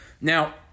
Now